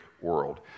world